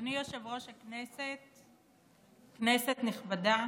אדוני יושב-ראש הישיבה, כנסת נכבדה,